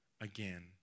again